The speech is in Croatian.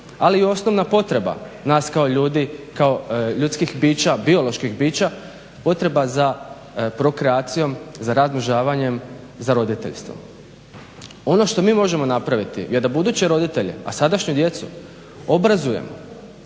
ali i osnovna potreba nas kao ljudskih bića, bioloških bića potreba za prokreacijom, za razmnožavanjem, za roditeljstvom. Ono što mi možemo napraviti je da buduće roditelje, a sadašnju djecu, obrazujemo.